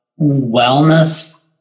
wellness